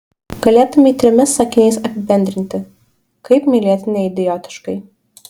galėtumei trimis sakiniais apibendrinti kaip mylėti neidiotiškai